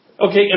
Okay